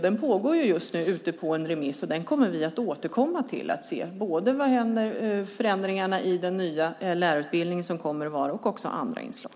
Detta är nu ute på remiss, och det kommer vi att återkomma till både vad gäller förändringarna som kommer i den nya lärarutbildningen och andra inslag.